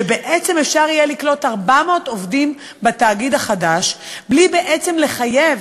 שבעצם אפשר יהיה לקלוט 400 עובדים בתאגיד החדש בעצם בלי לחייב